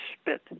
spit